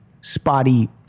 spotty